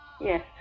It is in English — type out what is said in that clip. Yes